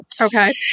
Okay